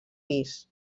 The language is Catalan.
pis